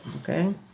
Okay